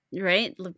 right